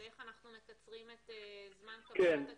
ואיך אנחנו מקצרים את זמן קבלת התשובות?